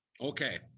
Okay